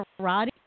karate